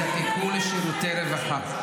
-- למשפחות שיזדקקו לשירותי רווחה?